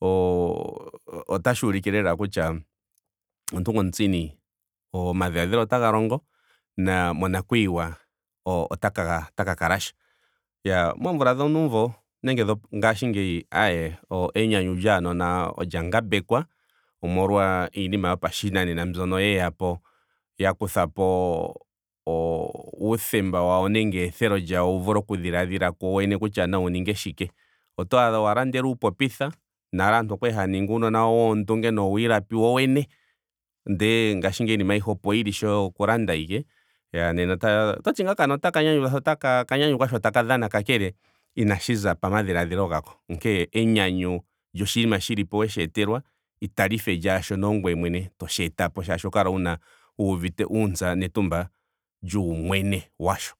o- o- otashi ulike lela kutya omuntu ngu omutsini omadhiladhilo otaga longo. na monakuyiwa otaka otaka kalasha. Iyaa moomvula dhonuumvo nenge dhongaashingeyi aaye enyanyu lyaanona olya ngambekwa omolwa iinima yopashinanena mbyono yeyapo. ya kuthapo o- o- o uuthemba wawo nenge eeethelo lyawo wu vule okudhiladhila kuyo yene kutya naya ninge shike. Oto adha owa landelwa uupopitha. nale aantu okwali haya ningi uunona woondunge nowiilapi wowene. ndele ngaashingeyi iinima ayihe opo yili shoye oku landa ashike. iyaa ototi ngaa okanona otaka nyanyukwa shaashi oka nyanyukwa sho taka dhana. kakele inashi za pamadhiladhilo gako. Onkene enyanyu lyoshinina shilipo weshi etelwa itali lyaashono ongweye mwene toshi etapo shaashi oho kala wuna. wuuvite uuntsa netumba lyuumwene washo